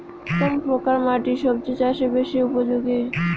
কোন প্রকার মাটি সবজি চাষে বেশি উপযোগী?